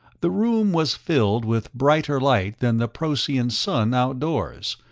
the room was filled with brighter light than the procyon sun outdoors,